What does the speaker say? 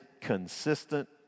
consistent